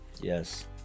Yes